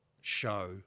show